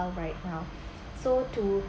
right now so to